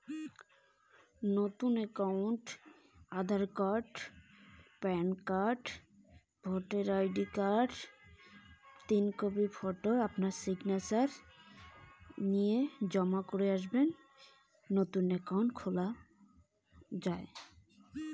নতুন একাউন্ট কিভাবে খোলা য়ায়?